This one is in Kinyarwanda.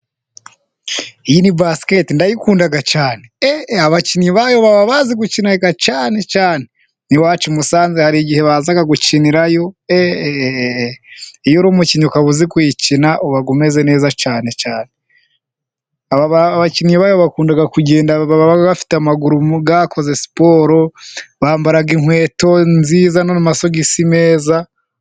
Iyi ni basikete ndayikundaga cyane abakinnyi bayo baba bazi gukina cyane cyane, n'iwacu i Musanze hari igihe baza gukinirayo. Iyo uri umukinnyi ukaba uzi kuyikina uba umeze neza cyane. Abakinnyi bayo bakunda kugenda bafite amaguru yakoze siporo, bambara inkweto nziza n'amasogisi meza...